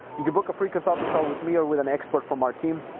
you can book a free consulting call with me or with an expert from our team,